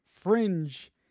Fringe